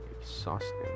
exhausting